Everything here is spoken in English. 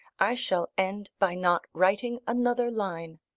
i shall end by not writing another line.